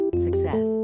Success